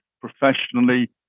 professionally